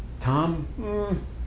Tom